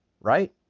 Right